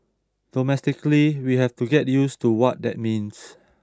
domestically we have to get used to what that means